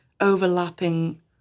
Overlapping